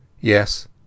Yes